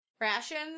rations